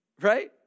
right